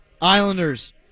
Islanders